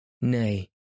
Nay